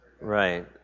Right